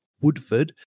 woodford